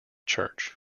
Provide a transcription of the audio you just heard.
church